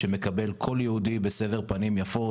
שמקבל כל יהודי בסבר פנים יפות,